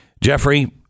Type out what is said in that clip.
Jeffrey